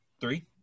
Three